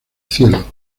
cielo